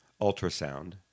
ultrasound